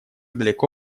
далеко